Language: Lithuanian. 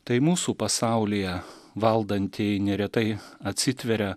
tai mūsų pasaulyje valdantieji neretai atsitveria